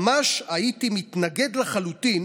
ממש הייתי מתנגד לחלוטין